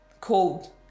cold